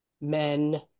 men